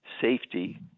safety